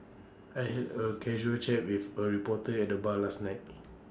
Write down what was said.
I had A casual chat with A reporter at the bar last night